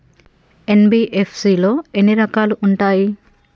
NBFC లో ఎన్ని రకాలు ఉంటాయి?